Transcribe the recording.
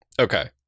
Okay